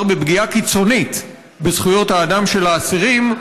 בפגיעה קיצונית בזכויות האדם של האסירים,